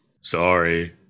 Sorry